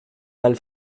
mal